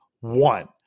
one